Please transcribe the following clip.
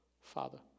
Father